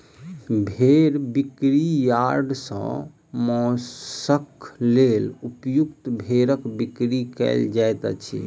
भेंड़ बिक्री यार्ड सॅ मौंसक लेल उपयुक्त भेंड़क बिक्री कयल जाइत छै